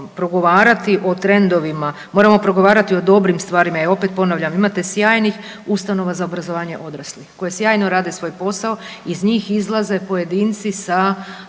progovarati o trendovima, moramo progovarati o dobrim stvarima. Ja opet ponavljam imate sjajnih ustanova za obrazovanje odraslih koje sjajno rade svoj posao. Iz njih izlaze pojedinci sa